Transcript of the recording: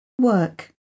Work